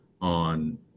on